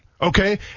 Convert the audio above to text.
okay